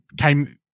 came